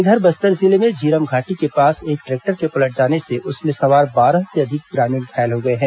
इधर बस्तर जिले में झीरमघाटी के पास एक ट्रेक्टर के पलट जाने से उसमें सवार बारह से अधिक ग्रामीण घायल हो गए हैं